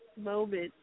moment